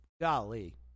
Golly